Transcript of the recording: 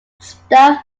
staff